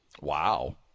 Wow